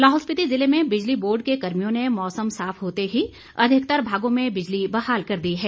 लाहौल स्पीति जिले में बिजली बोर्ड के कर्मियों ने मौसम साफ होते ही अधिकतर भागों में बिजली बहाल कर दी है